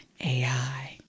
AI